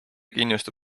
kinnistu